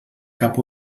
cap